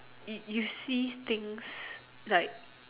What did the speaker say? you you see things like